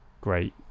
Great